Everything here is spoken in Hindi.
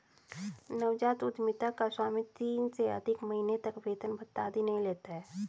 नवजात उधमिता का स्वामी तीन से अधिक महीने तक वेतन भत्ता आदि नहीं लेता है